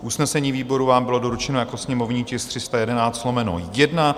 Usnesení výboru vám bylo doručeno jako sněmovní tisk 311/1.